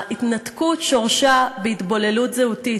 ההתנתקות, שורשה בהתבוללות זהותית.